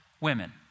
women